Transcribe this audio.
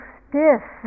stiff